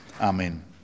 Amen